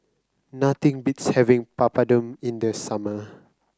nothing beats having Papadum in the summer